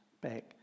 back